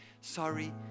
Sorry